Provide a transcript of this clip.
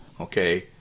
okay